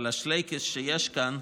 אבל השלייקעס שיש כאן,